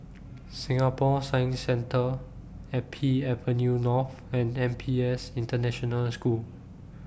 Singapore Science Centre Happy Avenue North and N P S International School